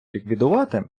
ліквідувати